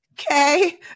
okay